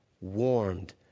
warmed